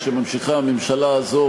ושממשיכה הממשלה הזו,